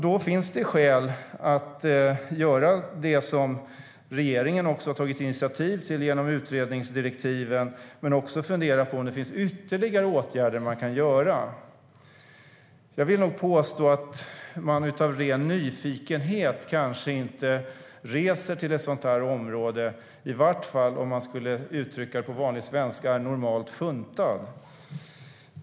Då finns det skäl att göra det som regeringen har tagit initiativ till genom utredningsdirektiven men också att fundera på om det finns ytterligare åtgärder man kan vidta. Jag vill påstå att man inte reser till ett sådant här område av ren nyfikenhet, i vart fall inte om man är vad som på vanlig svenska uttrycks som normalt funtad.